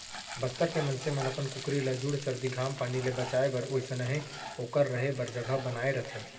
बस्तर के मनसे मन अपन कुकरी ल जूड़ सरदी, घाम पानी ले बचाए बर ओइसनहे ओकर रहें बर जघा बनाए रथें